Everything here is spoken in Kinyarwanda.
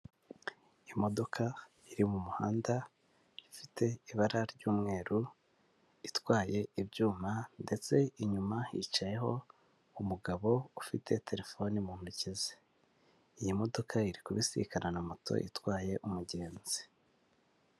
Imodoka iri mu muhanda ifite ibara ry'umweru itwaye ibyuma ndetse inyuma yicayeho umugabo ufite terefoni mu ntoki ze, iyi modoka iri kubisikana na moto itwaye umugenzi.